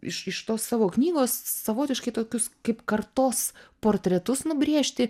iš iš tos savo knygos savotiškai tokius kaip kartos portretus nubrėžti